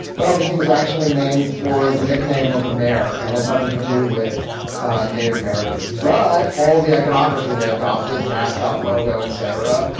well, the team is actually named for the nickname of the mayor and had nothing to do with native americans. but all of the iconography they adopted, mascot, logo, et cetera,